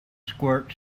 squirt